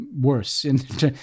worse